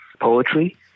poetry